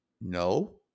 no